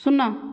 ଶୂନ